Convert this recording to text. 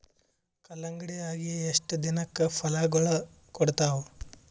ಕಲ್ಲಂಗಡಿ ಅಗಿ ಎಷ್ಟ ದಿನಕ ಫಲಾಗೋಳ ಕೊಡತಾವ?